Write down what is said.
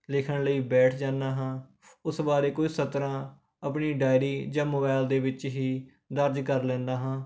ਲਿਖਣ ਲਈ ਬੈਠ ਜਾਂਦਾ ਹਾਂ ਉਸ ਬਾਰੇ ਕੁਝ ਸਤਰਾਂ ਆਪਣੀ ਡਾਇਰੀ ਜਾਂ ਮੋਬਾਇਲ ਦੇ ਵਿੱਚ ਹੀ ਦਰਜ ਕਰ ਲੈਂਦਾ ਹਾਂ